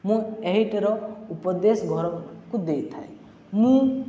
ମୁଁ ଏହିଟିର ଉପଦେଶ ଘରକୁ ଦେଇଥାଏ ମୁଁ